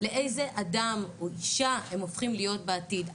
לאיזה אדם או אישה הם הופכים להיות בעתיד.